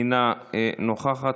אינה נוכחת,